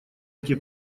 эти